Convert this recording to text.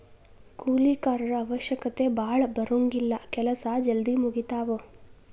ಕೂಲಿ ಕಾರರ ಅವಶ್ಯಕತೆ ಭಾಳ ಬರುಂಗಿಲ್ಲಾ ಕೆಲಸಾ ಜಲ್ದಿ ಮುಗಿತಾವ